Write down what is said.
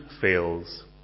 fails